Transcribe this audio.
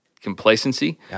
complacency